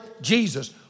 Jesus